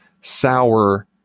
sour